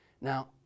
Now